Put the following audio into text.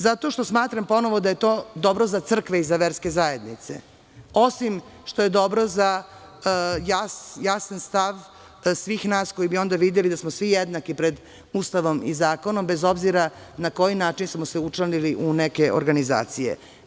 Zato što smatram, ponovo, da je to dobro za crkve i za verske zajednice, osim što je dobro za jasan stav svih nas koji bi onda videli da smo svi jednaki pred Ustavom i zakon, bez obzira na koji način smo se učlanili u neke organizacije.